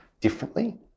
differently